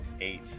eight